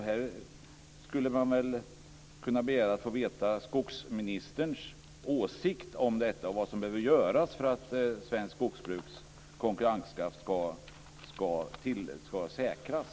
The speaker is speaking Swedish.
Här skulle man väl kunna begära att få veta skogsministerns åsikt om detta och om vad som behöver göras för att svenskt skogsbruks konkurrenskraft skall säkras.